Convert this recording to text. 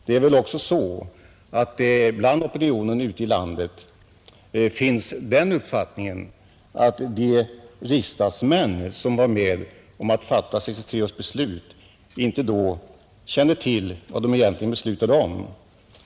Det är väl också så att ute i landet finns den uppfattningen att de riksdagsmän som var med om att fatta 1963 års beslut inte då kände till vad de egentligen beslutade om.